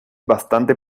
bastante